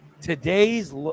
today's